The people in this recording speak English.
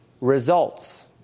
results